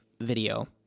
video